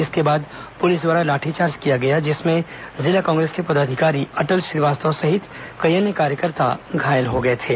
इसके बाद पुलिस द्वारा लाठीचार्ज किया गया जिसमें जिला कांग्रेस के पदाधिकारी अटल श्रीवास्तव सहित कई अन्य कार्यकर्ता घायल हो गए थे